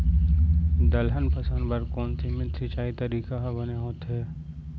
दलहन फसल बर कोन सीमित सिंचाई तरीका ह बने होथे?